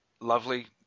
lovely